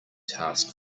task